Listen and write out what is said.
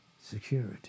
security